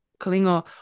Kalinga